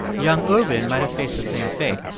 young ervin might've faced the same fate,